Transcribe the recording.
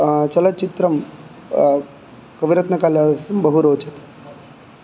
चलच्चित्रं कविरत्नकालिदासं बहु रोचते